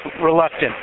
reluctant